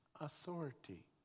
authority